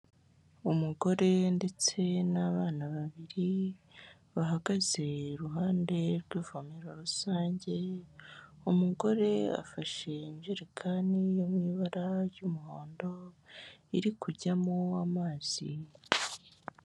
Umugore ndetse n'abana babiri bahagaze iruhande rw'ivomero rusange, umugore afashe injerekani iri mu ibara ry'umuhondo iri kujyamo amazi.